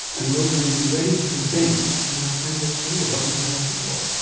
and rosemary's ready to vent in our canberra studio. welcome to the health report.